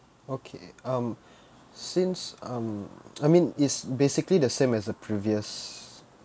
okay um since I'm I mean it's basically the same as the previous